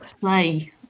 play